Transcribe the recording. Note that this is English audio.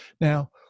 Now